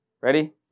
Ready